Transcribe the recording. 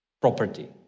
property